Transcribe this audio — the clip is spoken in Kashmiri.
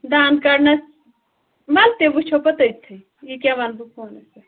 دَنٛد کَڑنَس وَلہٕ تہِ وٕچھو پتہٕ تٔتھٕے یہِ کیٛاہ وَنہٕ بہٕ فونَس